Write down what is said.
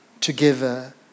together